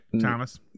Thomas